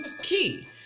Key